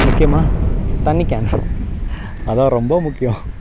முக்கியமாக தண்ணி கேன் அதுதான் ரொம்ப முக்கியம்